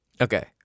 Okay